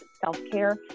self-care